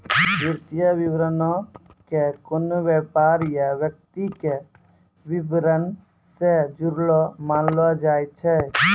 वित्तीय विवरणो के कोनो व्यापार या व्यक्ति के विबरण से जुड़लो मानलो जाय छै